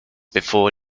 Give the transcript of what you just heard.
before